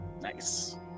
Nice